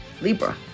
Libra